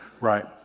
Right